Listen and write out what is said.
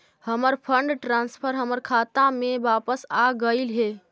हमर fund transfer हमर खाता में वापस आगईल हे